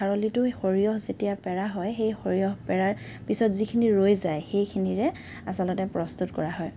খাৰলিটো এই সৰিয়হ যেতিয়া পেৰা হয় সেই সৰিয়হ পেৰাৰ পিছত যিখিনি ৰৈ যায় সেইখিনিৰে আচলতে প্ৰস্তুত কৰা হয়